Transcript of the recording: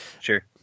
Sure